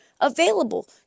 available